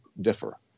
differ